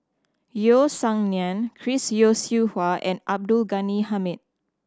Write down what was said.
Yeo Song Nian Chris Yeo Siew Hua and Abdul Ghani Hamid